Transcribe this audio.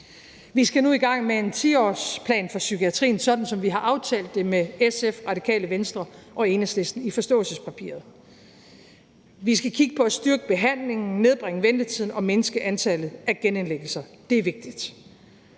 Vi skal nu i gang med en 10-årsplan for psykiatrien, sådan som vi har aftalt det med SF, Radikale Venstre og Enhedslisten i forståelsespapiret. Vi skal kigge på at styrke behandlingen, nedbringe ventetiden og mindske antallet af genindlæggelser. Det er vigtigt.